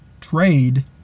trade